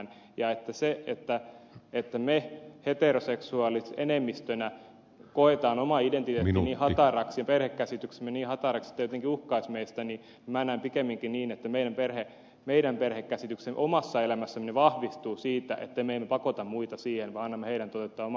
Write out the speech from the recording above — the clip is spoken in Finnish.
eikä voi ajatella niin että me heteroseksuaalit enemmistönä koemme oman identiteettimme niin hataraksi ja perhekäsityksemme niin hataraksi että se jotenkin uhkaisi meitä vaan minä näen pikemminkin asian niin että meidän perhekäsityksemme omassa elämässämme vahvistuu siitä että me emme pakota muita siihen vaan annamme heidän toteuttaa omaa perhekäsitystään